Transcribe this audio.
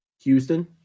Houston